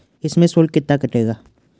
इसमें शुल्क कितना कटेगा?